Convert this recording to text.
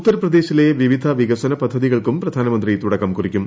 ഉത്തർപ്രദേശിലെ വിവിധ വികസന പദ്ധതികൾക്കും പ്രധാനമന്ത്രി തുടക്കം കുറിക്കും